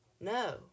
No